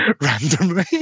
randomly